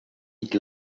eat